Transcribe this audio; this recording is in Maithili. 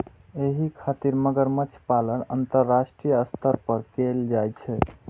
एहि खातिर मगरमच्छ पालन अंतरराष्ट्रीय स्तर पर कैल जाइ छै